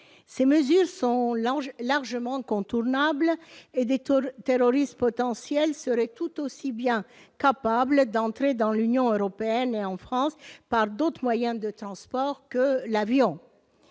Ces mesures sont largement contournables, dans la mesure où de potentiels terroristes seraient tout aussi bien capables d'entrer dans l'Union européenne et en France par d'autres moyens de transport que l'avion.